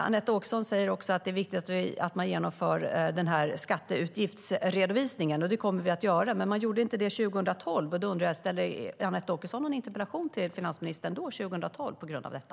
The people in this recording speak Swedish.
Anette Åkesson säger att det är viktigt att man genomför en skatteutgiftsredovisning. Det kommer vi att göra. Men man gjorde inte det 2012. Då undrar jag: Ställde Anette Åkesson någon interpellation till finansministern 2012 på grund av detta?